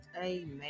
Amen